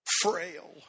frail